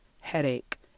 headache